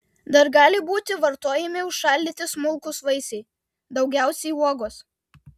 dar gali būti vartojami užšaldyti smulkūs vaisiai daugiausiai uogos